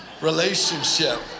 relationship